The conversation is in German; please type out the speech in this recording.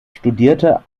studierte